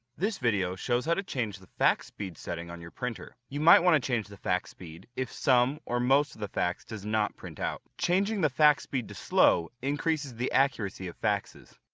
this video shows how to change the fax speed setting on your printer. you might want to change the fax speed if some or most of the fax does not print out. changing the fax speed to slow increases the accuracy of faxes.